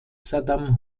saddam